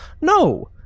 no